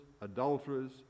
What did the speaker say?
adulterers